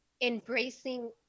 embracing